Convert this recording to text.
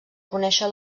conèixer